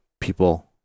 people